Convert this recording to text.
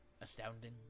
astounding